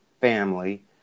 family